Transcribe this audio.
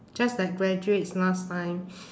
just like graduates last time